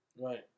Right